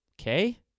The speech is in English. Okay